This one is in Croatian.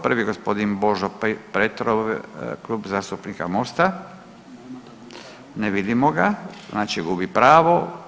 Prvi je gospodin Božo Petrov, Klub zastupnika MOST-a, ne vidimo ga znači gubi pravo.